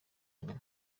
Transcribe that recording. nyuma